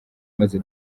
maze